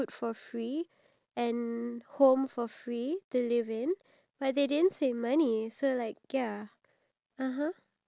but I honestly feel like we have to work for even our basic survival needs